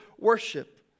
worship